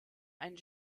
einen